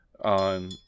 on